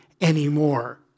anymore